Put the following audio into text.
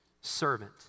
Servant